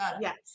Yes